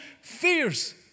fears